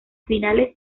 finales